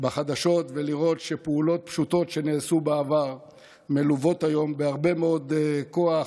בחדשות ולראות שפעולות פשוטות שנעשו בעבר מלוות היום בהרבה מאוד כוח,